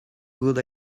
good